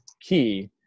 key